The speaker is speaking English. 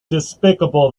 despicable